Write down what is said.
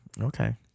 Okay